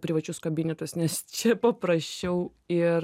privačius kabinetus nes čia paprasčiau ir